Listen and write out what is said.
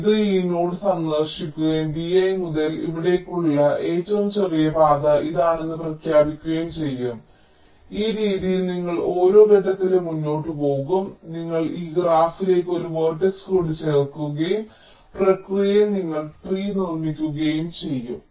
ഇത് ഈ നോഡ് സന്ദർശിക്കുകയും vi മുതൽ ഇവിടേക്കുള്ള ഏറ്റവും ചെറിയ പാത ഇതാണെന്ന് പ്രഖ്യാപിക്കുകയും ചെയ്യും ഈ രീതിയിൽ നിങ്ങൾ ഓരോ ഘട്ടത്തിലും മുന്നോട്ട് പോകും നിങ്ങൾ ഈ ഗ്രാഫിലേക്ക് ഒരു വേർട്ടക്സ് കൂടി ചേർക്കുകയും പ്രക്രിയയിൽ നിങ്ങൾ ട്രീ നിർമ്മിക്കുകയും ചെയ്യുന്നു